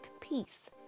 peace